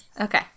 Okay